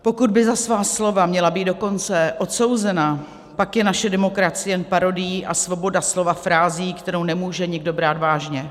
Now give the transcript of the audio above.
Pokud by za svá slova měla být dokonce odsouzena, pak je naše demokracie jen parodií a svoboda slova frází, kterou nemůže nikdo brát vážně.